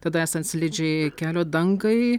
tada esant slidžiai kelio dangai